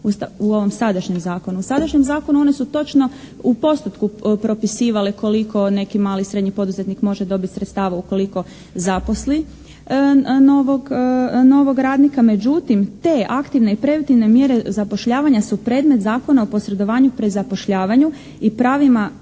U sadašnjem zakonu one su točno u postotku propisivale koliko neki mali i srednji poduzetnik može dobiti sredstava ukoliko zaposli novog radnika. Međutim, te aktivne i preventivne mjere zapošljavanja su predmet Zakona o posredovanju pri zapošljavanju i pravima